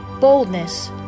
boldness